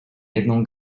jedną